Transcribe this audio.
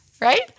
right